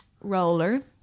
Roller